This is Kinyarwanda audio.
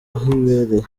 ahibereye